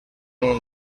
una